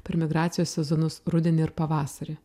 per migracijos sezonus rudenį ir pavasarį